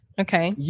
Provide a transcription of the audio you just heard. okay